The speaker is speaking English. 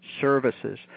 services